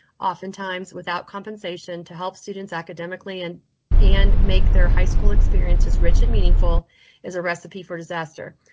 often times without compensation to help students academically and and make their high school experience is rich and meaningful is a recipe for disaster.